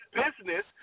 business